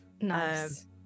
Nice